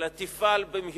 אלא תפעל במהירות